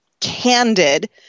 candid